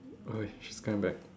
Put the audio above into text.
!oi! she's coming back